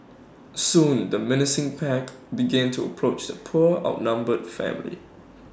soon the menacing pack begin to approach the poor outnumbered family